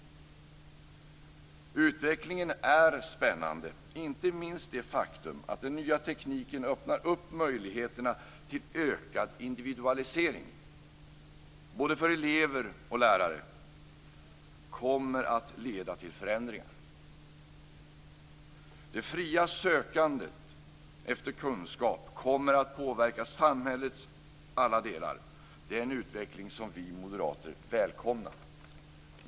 Utvecklingen är spännande - inte minst det faktum att den nya tekniken öppnar möjligheterna till ökad individualisering både för elever och lärare, och det kommer att leda till förändringar. Det fria sökandet efter kunskap kommer att påverka samhällets alla delar. Det är en utveckling som vi moderater välkomnar.